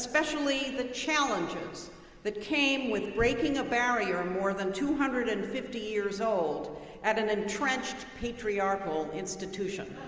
especially the challenges that came with breaking a barrier more than two hundred and fifty years old at an entrenched patriarchal institution.